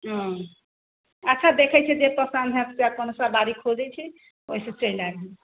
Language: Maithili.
ओ अच्छा देखैत छियै जे पसन्द हैत कोनो सवारी खोजैत छी ओहिसँ चलि आयब हम